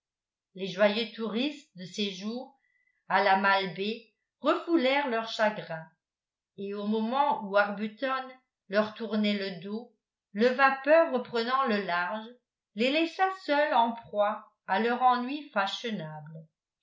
les joyeux touristes de séjour à la malbaie refoulèrent leur chagrin et au moment où arbuton leur tournait le dos le vapeur reprenant le large les laissa seuls en proie à leur ennui